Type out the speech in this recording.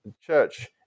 church